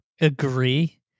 agree